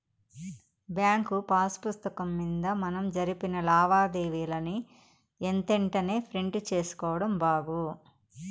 bank pass పుస్తకం మింద మనం జరిపిన లావాదేవీలని ఎంతెంటనే ప్రింట్ సేసుకోడం బాగు